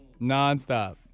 nonstop